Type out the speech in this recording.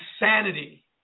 insanity